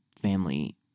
family